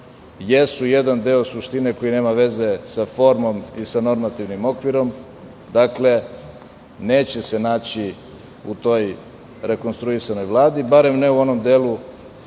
jesu jedan deo suštine koji nema veze sa formom i sa normativnim okvirom. Dakle, neće se naći u toj rekonstruisanoj Vladi, barem ne u onom delu